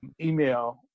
email